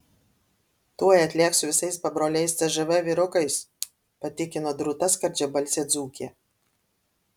tuoj atlėks su visais pabroliais cžv vyrukais patikino drūta skardžiabalsė dzūkė